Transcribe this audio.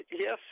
yes